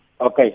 Okay